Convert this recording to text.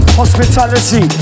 hospitality